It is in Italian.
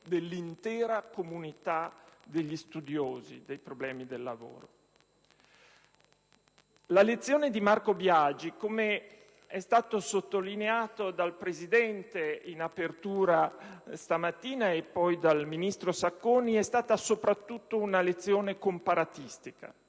dell'intera comunità degli studiosi dei problemi del lavoro. La lezione di Marco Biagi, com'è stato sottolineato dal Presidente in apertura stamattina, e poi dal ministro Sacconi, è stata soprattutto una lezione comparatistica: